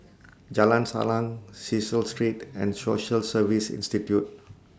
Jalan Salang Cecil Street and Social Service Institute